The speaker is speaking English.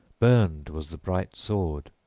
burned was the bright sword,